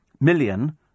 million